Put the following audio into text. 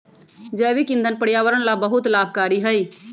जैविक ईंधन पर्यावरण ला बहुत लाभकारी हई